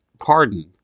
pardon